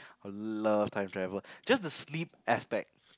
love time travel just the sleep aspect